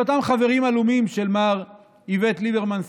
אותם חברים עלומים של מר איווט ליברמן,